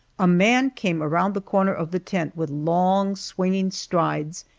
a man came around the corner of the tent with long, swinging strides,